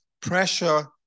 pressure